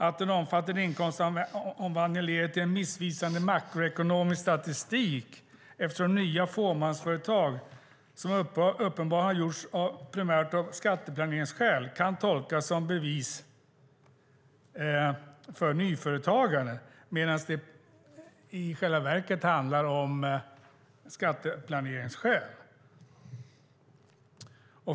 Att den omfattande inkomstomvandlingen leder till en missvisande makroekonomisk statistik, eftersom nya fåmansföretag som uppenbart har gjorts primärt av skatteplaneringsskäl kan tolkas som bevis för nyföretagandet, men i själva verket handlar det om skatteplanering.